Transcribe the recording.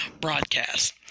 broadcast